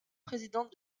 présidente